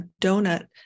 donut